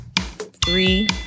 Three